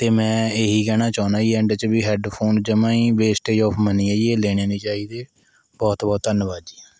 ਅਤੇ ਮੈਂ ਇਹੀ ਕਹਿਣਾ ਚਾਹੁੰਨਾ ਜੀ ਐਂਡ 'ਚ ਵੀ ਹੈੱਡਫੋਨ ਜਮ੍ਹਾਂ ਹੀ ਵੇਸਟਏਜ਼ ਔਫ ਮਨੀ ਹੈ ਜੀ ਲੈਣੇ ਨਹੀਂ ਚਾਹੀਦੇ ਬਹੁਤ ਬਹੁਤ ਧੰਨਵਾਦ ਜੀ